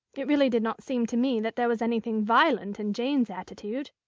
it really did not seem to me that there was anything violent in jane's attitude.